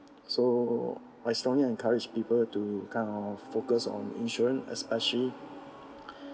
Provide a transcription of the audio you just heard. so I strongly encourage people to kind of focus on insurance especially